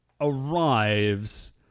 arrives